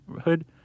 Hood